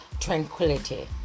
tranquility